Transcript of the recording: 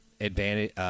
advantage